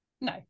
No